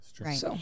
Right